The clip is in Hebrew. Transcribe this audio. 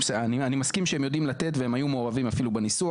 אני מסכים שהם יודעים לענות והיו מעורבים בניסוח